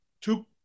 two